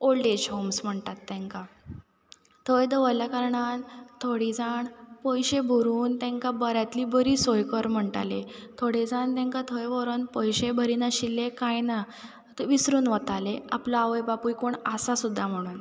old age homes म्हणटात तेंकां थंय दवरल्या कारणान थोडी जाण पयशे भरून तेंकां बऱ्यांतली बरी सोय कर म्हणटाले थोडे जाण तेंकां थंय व्हरोन पयशेय भरी नाशिल्ले कांय ना त् विसरून वताले आपलो आवय बापूय कोण आसा सुद्दां म्हणून